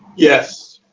yes.